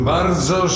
bardzo